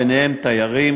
ביניהם תיירים,